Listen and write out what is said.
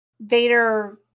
Vader